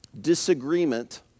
disagreement